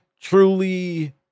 truly